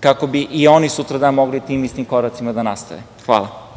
kako bi i oni sutradan mogli tim istim koracima da nastave. Hvala.